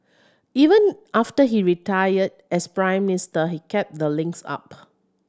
even after he retired as Prime Minister he kept the links up